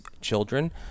children